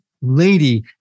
lady